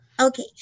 Okay